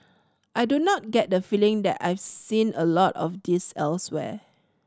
I do not get the feeling that I've seen a lot of this elsewhere